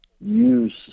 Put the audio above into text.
use